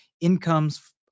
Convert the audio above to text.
incomes